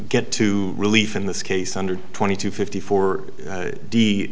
get to relief in this case under twenty to fifty for the th